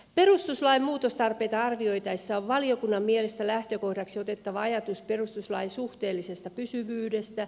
perustuslain muutostarpeita arvioitaessa on valiokunnan mielestä lähtökohdaksi otettava ajatus perustuslain suhteellisesta pysyvyydestä